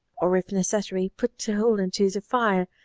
or, if necessary, put the whole into the fire,